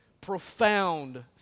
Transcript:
Profound